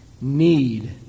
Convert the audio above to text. need